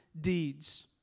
deeds